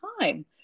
time